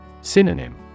Synonym